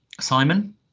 Simon